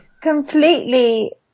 completely